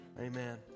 Amen